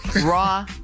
Raw